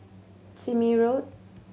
Sime Road